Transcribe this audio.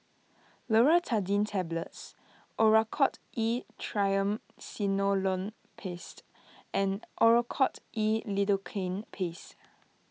Loratadine Tablets Oracort E Triamcinolone Paste and Oracort E Lidocaine Paste